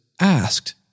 asked